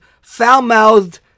foul-mouthed